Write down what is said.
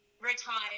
retired